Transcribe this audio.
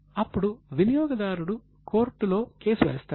అప్పుడు వినియోగదారుడు కోర్టులో కేసు వేస్తాడు